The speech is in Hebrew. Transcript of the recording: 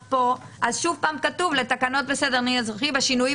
שוב פעם כתוב לתקנות סדר הדין האזרחי "בשינויים